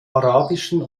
arabischen